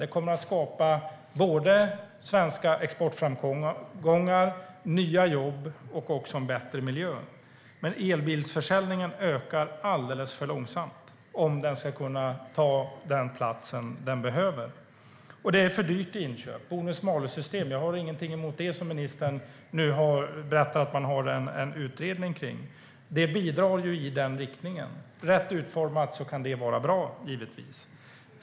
Det kommer att skapa såväl svenska exportframgångar som nya jobb och en bättre miljö. Men elbilsförsäljningen ökar alldeles för långsamt för att den ska kunna ta den plats den behöver. Elbilar är för dyra i inköp. Jag har ingenting emot ett bonus-malus-system, som ministern berättar att man nu har tillsatt en utredning av. Det bidrar i den riktningen, och rätt utformat kan det givetvis vara bra.